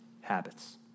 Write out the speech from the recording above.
habits